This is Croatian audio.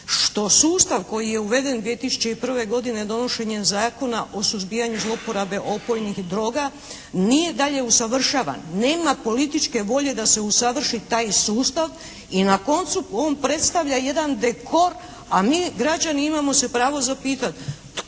što sustav koji je uveden 2001. godine donošenjem Zakona o suzbijanju zlouporabe opojnih droga nije dalje usavršavan. Nema političke volje da se usavrši taj sustav i na koncu on predstavlja jedan dekor, a mi građani imamo se pravo zapitati